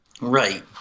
Right